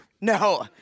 No